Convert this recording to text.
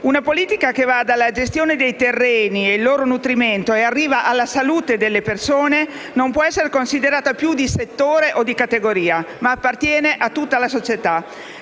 una politica che va dalla gestione dei terreni e dal loro nutrimento e arriva alla salute delle persone non può essere considerata più di settore o di categoria, ma appartiene a tutta la società.